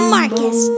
Marcus